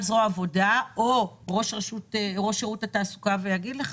יבוא ראש שירות התעסוקה ויגיד: